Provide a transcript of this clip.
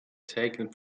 taken